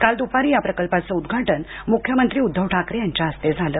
काल दुपारी या प्रकल्पाचं उद्घाटन मुख्यमंत्री उद्धव ठाकरे यांच्या हस्ते झालं